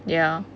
ya